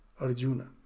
Arjuna